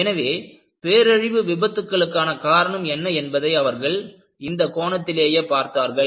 எனவே பேரழிவு விபத்துக்களுக்கான காரணம் என்ன என்பதை அவர்கள் இந்த கோணத்திலேயே பார்த்தார்கள்